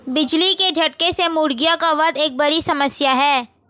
बिजली के झटके से मुर्गियों का वध एक बड़ी समस्या है